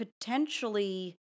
potentially